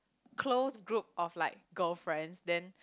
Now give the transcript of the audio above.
close group of like girlfriends then